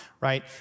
right